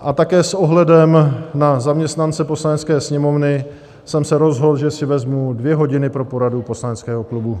A také s ohledem na zaměstnance Poslanecké sněmovny jsem se rozhodl, že si vezmu dvě hodiny pro poradu poslaneckého klubu.